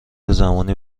زمانی